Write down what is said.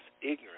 ignorant